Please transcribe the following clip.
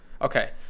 Okay